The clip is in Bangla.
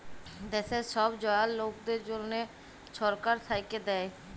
দ্যাশের ছব জয়াল লকদের জ্যনহে ছরকার থ্যাইকে দ্যায়